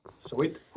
sweet